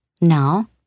Now